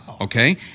Okay